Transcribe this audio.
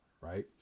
right